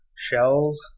shells